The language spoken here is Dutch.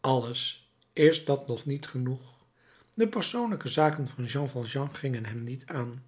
alles is dat niet genoeg de persoonlijke zaken van jean valjean gingen hem niet aan